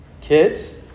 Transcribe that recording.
Kids